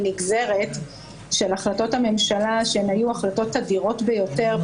נגזרת של החלטות הממשלה שהן היו החלטות אדירות ביותר,